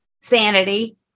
Sanity